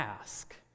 ask